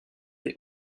des